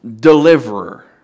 deliverer